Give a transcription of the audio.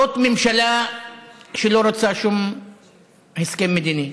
זאת ממשלה שלא רוצה שום הסכם מדיני,